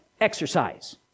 exercise